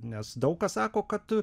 nes daug kas sako kad